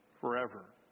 forever